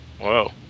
Whoa